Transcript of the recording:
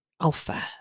Alpha